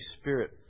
Spirit